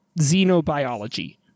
Xenobiology